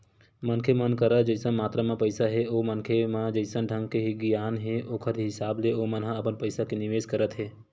मनखे मन कर जइसन मातरा म पइसा हे ओ मनखे म जइसन ढंग के गियान हे ओखर हिसाब ले ओमन ह अपन पइसा के निवेस करत हे